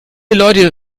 leute